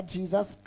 Jesus